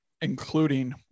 Including